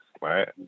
right